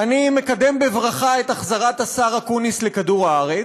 אני מקדם בברכה את החזרת השר אקוניס לכדור-הארץ,